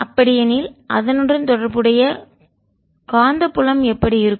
அப்படியெனில் அதனுடன் தொடர்புடைய காந்தப்புலம் எப்படி இருக்கும்